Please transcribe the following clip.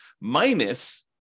minus